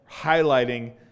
highlighting